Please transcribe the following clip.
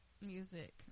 music